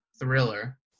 thriller